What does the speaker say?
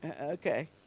Okay